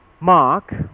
Mark